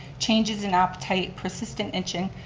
changes in appetite, persistent itching,